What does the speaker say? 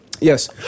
Yes